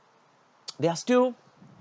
they are still